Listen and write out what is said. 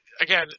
again